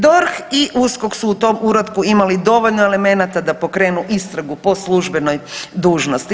DORH i USKOK su u tom uratku imali dovoljno elemenata da pokrenu istragu po službenoj dužnosti.